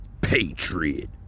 Patriot